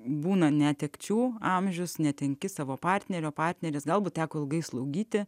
būna netekčių amžius netenki savo partnerio partneris galbūt teko ilgai slaugyti